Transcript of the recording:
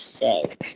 say